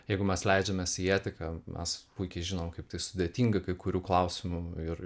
jeigu mes leidžiamės į etiką mes puikiai žinom kaip tai sudėtinga kai kurių klausimų ir